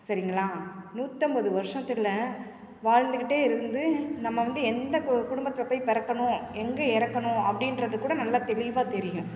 சரிங்களா நூற்றைம்பது வருஷத்தில் வாழ்ந்துக்கிட்டே இருந்து நம்ம வந்து எந்த கு குடும்பத்தில் போய் பிறக்கணும் எங்கே இறக்கணும் அப்படின்றதுக்கூட நல்ல தெளிவாக தெரியும்